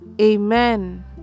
Amen